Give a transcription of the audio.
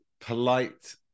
polite